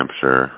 Hampshire